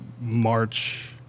March